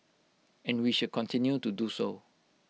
and we should continue to do so